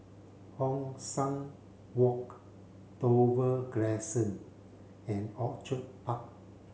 Hong San Walk Dover Crescent and Orchid Park